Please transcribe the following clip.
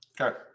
okay